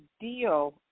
deal